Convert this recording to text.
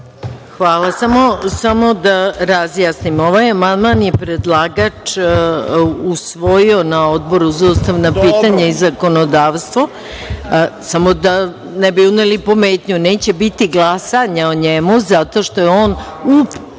Hvala. Samo da razjasnim. Ovaj amandman je predlagač usvojio na Odboru za ustavna pitanja i zakonodavstvo. Samo da ne bi uneli pometnju. Neće biti glasanja o njemu zato što je on